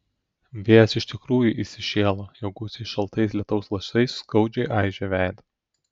vėjas iš tikrųjų įsišėlo jo gūsiai šaltais lietaus lašais skaudžiai aižė veidą